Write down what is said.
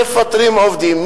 מפטרים עובדים,